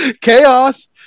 Chaos